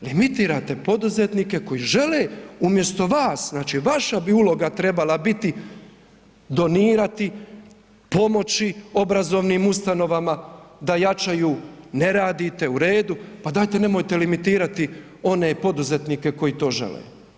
Limitirate poduzetnike koji žele umjesto vas, znači vaša bi uloga trebala biti donirati, pomoći obrazovnim ustanovama da jačaju, ne radite, u redu, pa dajte nemojte limitirati one poduzetnike koji to žele.